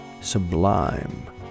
Sublime